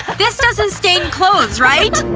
but this doesn't stain clothes, right?